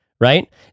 right